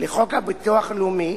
לחוק הביטוח הלאומי